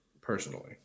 personally